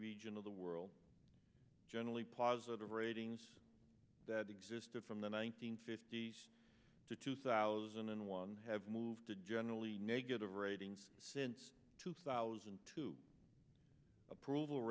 region of the world generally positive ratings that existed from the one nine hundred fifty s to two thousand and one have moved to generally negative ratings since two thousand and two approval